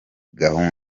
gahunda